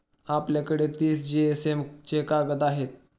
आपल्याकडे तीस जीएसएम चे कागद आहेत का?